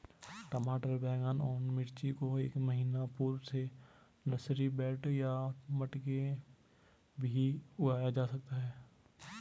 टमाटर बैगन और मिर्ची को एक महीना पूर्व में नर्सरी बेड या मटके भी में उगाया जा सकता है